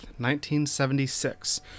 1976